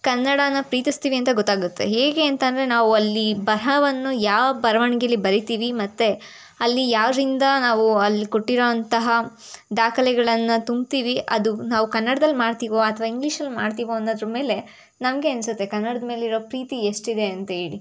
ಕನ್ನಡಾನ ಪ್ರೀತಿಸ್ತೀವಿ ಅಂತ ಗೊತ್ತಾಗುತ್ತೆ ಹೇಗೆ ಅಂತ ಅಂದರೆ ನಾವು ಅಲ್ಲಿ ಬರಹವನ್ನು ಯಾವ ಬರವಣ್ಗೇಲಿ ಬರೀತೀವಿ ಮತ್ತು ಅಲ್ಲಿ ಯಾವ್ದ್ರಿಂದ ನಾವು ಅಲ್ಲಿ ಕೊಟ್ಟಿರೋಂತಹ ದಾಖಲೆಗಳನ್ನು ತುಂಬ್ತೀವಿ ಅದು ನಾವು ಕನ್ನಡ್ದಲ್ಲಿ ಮಾಡ್ತೀವೋ ಅಥವಾ ಇಂಗ್ಲೀಷಲ್ಲಿ ಮಾಡ್ತೀವೋ ಅನ್ನೋದ್ರ ಮೇಲೆ ನಮಗೇ ಅನ್ನಿಸುತ್ತೆ ಕನ್ನಡ್ದ ಮೇಲೆ ಇರೋ ಪ್ರೀತಿ ಎಷ್ಟಿದೆ ಅಂತೇಳಿ